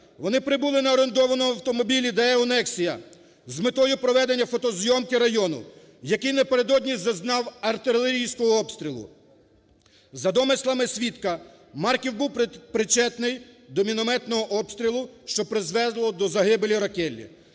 вони прибули на орендованому автомобілі Daewoo Nexia з метою проведення фотозйомки району, який напередодні зазнав артилерійського обстрілу. За домислами свідка Марків був причетний до мінометного обстрілу, що призвело до загибелі Роккеллі.